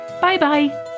Bye-bye